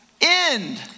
end